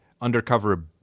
undercover